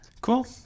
Cool